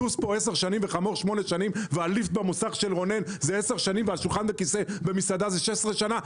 סוס 10 שנים וחמור 8 שנים ועל שולחן וכיסא במסעדה זה 16 שנה?